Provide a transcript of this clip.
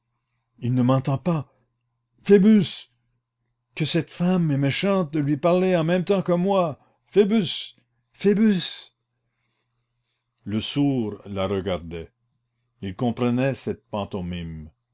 il ne m'entend pas phoebus que cette femme est méchante de lui parler en même temps que moi phoebus phoebus le sourd la regardait il comprenait cette pantomime